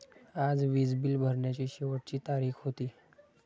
आज वीज बिल भरण्याची शेवटची तारीख होती